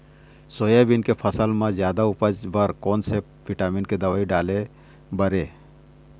Soybean के फसल म जादा उपज बर कोन से विटामिन के दवई डाले बर ये?